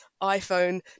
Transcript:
iPhone